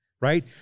Right